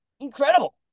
Incredible